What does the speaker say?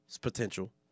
potential